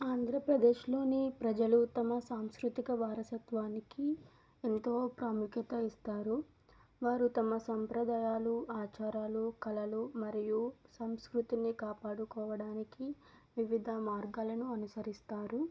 ఆంధ్రప్రదేశ్లోని ప్రజలు తమ సాంస్కృతిక వారసత్వానికి ఎంతో ప్రాముఖ్యత ఇస్తారు వారు తమ సంప్రదాయాలు ఆచారాలు కళలు మరియు సంస్కృతిని కాపాడుకోవడానికి వివిధ మార్గాలను అనుసరిస్తారు